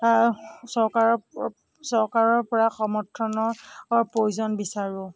চৰকাৰৰ চৰকাৰৰ পৰা সমৰ্থনৰ প্ৰয়োজন বিচাৰোঁ